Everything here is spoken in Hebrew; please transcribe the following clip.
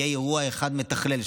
יהיה אירוע אחד מתכלל,